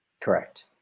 Correct